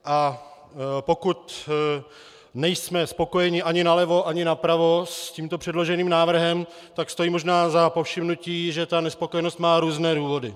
A pokud nejsme spokojeni ani nalevo, ani napravo s tímto předloženým návrhem, tak stojí možná za povšimnutí, že ta nespokojenost má různé důvody.